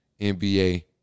NBA